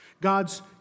God's